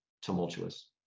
tumultuous